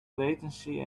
latency